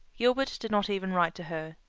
gilbert did not even write to her,